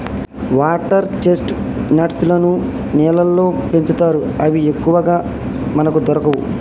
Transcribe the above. water chestnuts లను నీళ్లల్లో పెంచుతారు అవి ఎక్కువగా మనకు దొరకవు